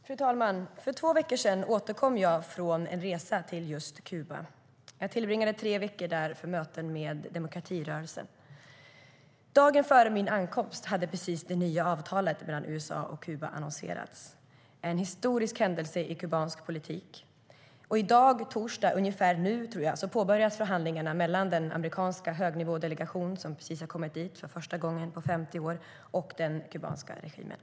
Fru talman! För två veckor sedan återkom jag från en resa till Kuba. Jag tillbringade tre veckor där för möten med demokratirörelsen. Dagen före min ankomst hade det nya avtalet mellan USA och Kuba annonserats - en historisk händelse i kubansk politik. I dag, torsdag - ungefär nu, tror jag - påbörjas förhandlingarna mellan den amerikanska högnivådelegation som precis kommit dit, för första gången på 50 år, och den kubanska regimen.